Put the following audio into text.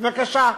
בבקשה,